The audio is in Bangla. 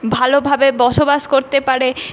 ভালোভাবে বসবাস করতে পারে